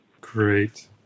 Great